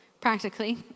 Practically